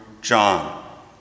John